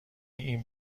این